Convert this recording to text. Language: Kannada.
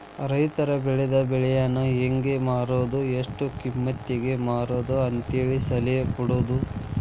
ರೈತರು ಬೆಳೆದ ಬೆಳೆಯನ್ನಾ ಹೆಂಗ ಮಾರುದು ಎಷ್ಟ ಕಿಮ್ಮತಿಗೆ ಮಾರುದು ಅಂತೇಳಿ ಸಲಹೆ ಕೊಡುದು